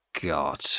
God